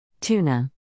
tuna